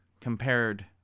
compared